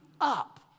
up